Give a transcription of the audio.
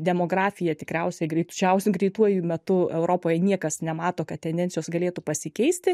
demografija tikriausiai greičiausiai greituoju metu europoj niekas nemato kad tendencijos galėtų pasikeisti